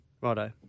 Righto